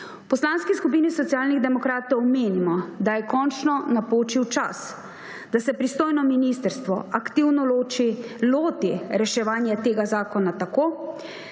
V Poslanski skupini Socialnih demokratov menimo, da je končno napočil čas, da se pristojno ministrstvo aktivno loti reševanje tega zakona tako,